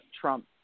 Trump